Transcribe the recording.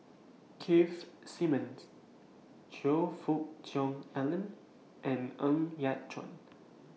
Keith Simmons Choe Fook Cheong Alan and Ng Yat Chuan